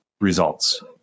results